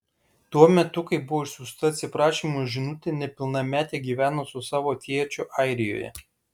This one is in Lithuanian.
tuo metu kai buvo išsiųsta atsiprašymo žinutė nepilnametė gyveno su savo tėčiu airijoje